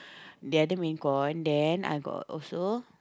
the other main con then I got also